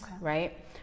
Right